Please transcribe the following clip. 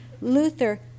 Luther